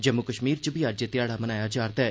जम्मू कश्मीर च बी अज्ज एह् ध्याड़ा मनाया जा'रदा ऐ